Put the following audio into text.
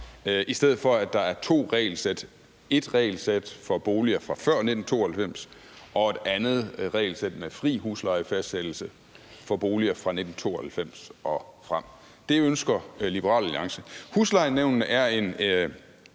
i stedet for at der er to regelsæt: et regelsæt for boliger fra før 1992 og et andet regelsæt med fri huslejefastsættelse for boliger fra 1992 og frem. Det ønsker Liberal Alliance. Huslejenævnene er en